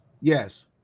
Yes